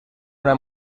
una